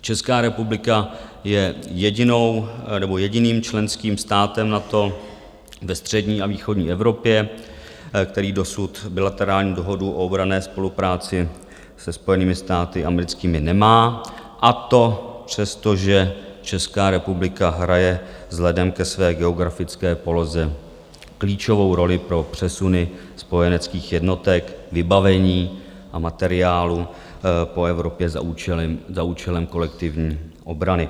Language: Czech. Česká republika je jediným členským státem NATO ve střední a východní Evropě, který dosud bilaterální dohodu o obranné spolupráci se Spojenými státy americkými nemá, a to přestože Česká republika hraje vzhledem ke své geografické poloze klíčovou roli pro přesuny spojeneckých jednotek, vybavení a materiálu po Evropě za účelem kolektivní obrany.